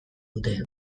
dute